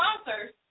sponsors